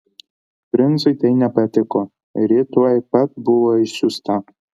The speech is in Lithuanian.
princui tai nepatiko ir ji tuoj pat buvo išsiųsta